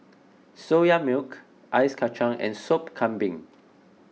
Soya Milk Ice Kachang and Sop Kambing